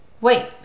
Wait